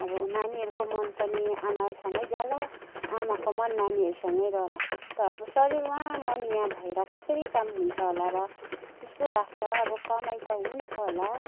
अब नानीहरूको मन पनि आमासँगै जाला आमाको मन नानीहरूसँगै रहला त अब शरीर वहाँ मन यहाँ भएर कसरी काम हुन्छ होला र त्यस्तो लाग्छ अब कमाई त हुन्छ होला